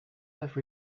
have